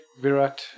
Virat